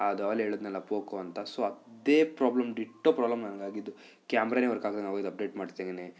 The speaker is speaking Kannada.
ಅದು ಆವಾಗಲೇ ಹೇಳಿದ್ನಲ್ಲ ಪೋಕೋ ಅಂತ ಸೊ ಅದೇ ಪ್ರಾಬ್ಲಮ್ ಡಿಟ್ಟೊ ಪ್ರಾಬ್ಲಮ್ ನನಗೆ ಆಗಿದ್ದು ಕ್ಯಾಮ್ರವೇ ವರ್ಕ್ ಆಗದಂಗೆ ಆಗೋಗಿದ್ದು ಅಪ್ ಡೇಟ್ ಮಾಡ್ತೀನಿ